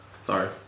Sorry